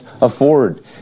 afford